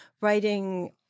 writing